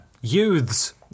Youths